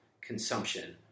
consumption